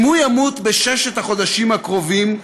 אם הוא ימות בששת החודשים הקרובים,